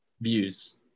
views